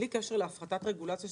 בלי קשר להפחתת רגולציה,